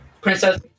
Princess